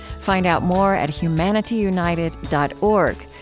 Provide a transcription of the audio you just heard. find out more at humanityunited dot org,